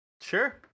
sure